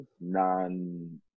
non